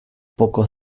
pocos